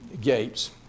gates